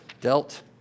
dealt